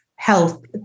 health